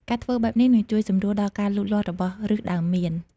ការធ្វើបែបនេះ នឹងជួយសម្រួលដល់ការលូតលាស់របស់ឫសដើមមៀន។